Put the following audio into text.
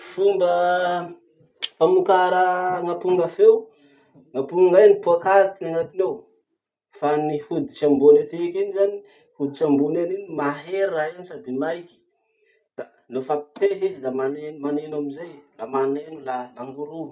Fomba famokara gn'aponga feo. Gn'aponga iny pokaty anatiny ao, fa ny hoditry ambony etiky iny zany, hoditry ambony eny iny mahery raha iny sady maiky, da nofa pehy izy da mane- maneno amizay, la maneno la langoroho.